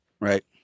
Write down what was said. right